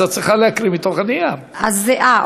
אז את צריכה להקריא מתוך הנייר, אוקיי.